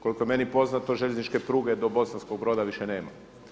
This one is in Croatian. Koliko je meni poznato željezničke pruge do Bosanskog Broda više nema.